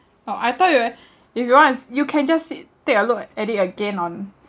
oh I thought you if you wants you can just it take a look at it again on